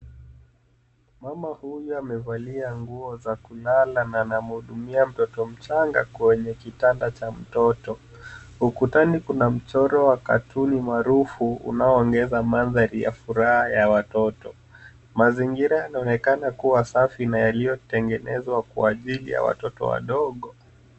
Mama huyu amevalia nguo za kulala na anamhudumia mtoto mchanga kwenye kitanda cha mtoto. Ukutani Kuna mchoro wa katuni maarufu unaoonyesha mandhari ya furaha ya watoto. Mazingira yanaonekana kuwa safi na yaliyo tengenezwa kwa ajili ya watoto wadogo